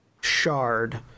shard